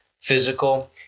physical